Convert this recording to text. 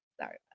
sorry